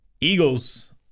Eagles